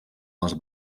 les